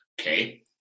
Okay